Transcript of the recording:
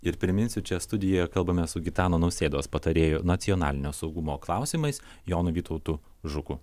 ir priminsiu čia studijoj kalbame su gitano nausėdos patarėju nacionalinio saugumo klausimais jonu vytautu žuku